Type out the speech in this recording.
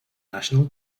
national